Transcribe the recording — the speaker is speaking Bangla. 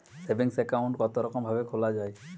সেভিং একাউন্ট কতরকম ভাবে খোলা য়ায়?